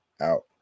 out